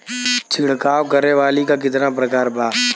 छिड़काव करे वाली क कितना प्रकार बा?